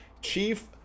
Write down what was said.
Chief